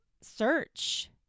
search